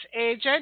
agent